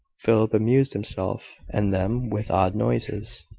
philip amused himself and them with odd noises,